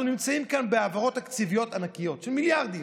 אנחנו נמצאים כאן בהעברות תקציביות ענקיות של מיליארדים,